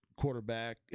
quarterback